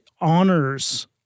honors